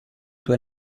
tue